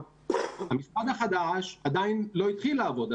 המשרד החדש עדיין לא התחיל לעבוד,